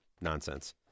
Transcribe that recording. nonsense